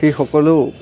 এই সকলো